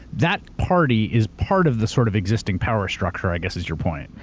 that party is part of the sort of existing power structure, i guess, is your point?